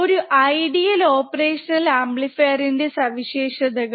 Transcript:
ഒരു ideal operational ആംപ്ലിഫയറിന്റെ സവിശേഷതകൾ